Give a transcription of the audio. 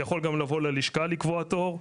הוא יכול גם לבוא ללשכה לקבוע תור.